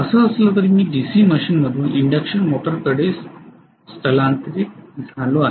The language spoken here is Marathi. असं असलं तरी मी डीसी मशीनमधून इंडक्शन मोटरकडे स्थलांतरित झालो आहे